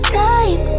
time